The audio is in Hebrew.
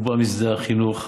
הוא בא משדה החינוך,